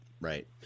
Right